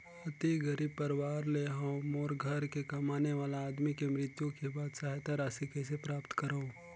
अति गरीब परवार ले हवं मोर घर के कमाने वाला आदमी के मृत्यु के बाद सहायता राशि कइसे प्राप्त करव?